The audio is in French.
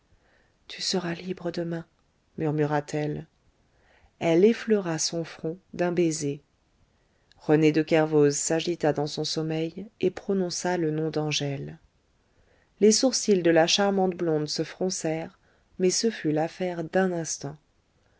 tu seras libre demain murmura-t-elle elle effleura son front d'un baiser rené de kervoz s'agita dans son sommeil et prononça le nom d'angèle les sourcils de la charmante blonde se froncèrent mais ce fut l'affaire d'un instant